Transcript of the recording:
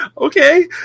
okay